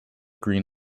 green